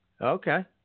Okay